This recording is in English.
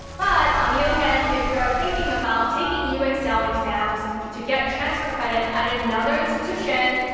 but, on the other hand, if you're thinking about taking you excel exams to get transfer credit at another institution,